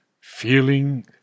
feeling